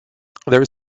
there